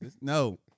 No